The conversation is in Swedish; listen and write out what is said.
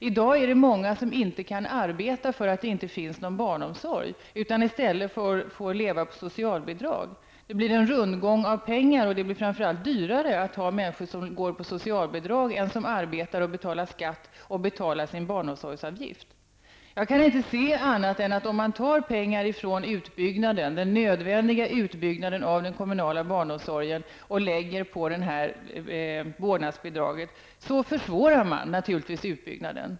I dag är det många som inte kan arbeta därför att det inte finns någon barnomsorg. De får i stället leva på socialbidrag. Det blir en rundgång av pengar, och det blir framför allt dyrare att ha människor på socialbidrag i stället för att arbeta, betala skatt och betala sin barnomsorgsavgift. Jag kan inte se annat än om man tar pengar från den nödvändiga utbyggnaden av den kommunala barnomsorgen och lägger på vårdnadsbidrag, försvårar man naturligtvis utbyggnaden.